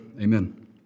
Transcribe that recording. Amen